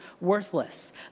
worthless